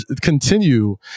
continue